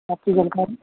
अच्छी जानकारी